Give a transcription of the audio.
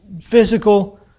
physical